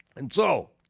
and so,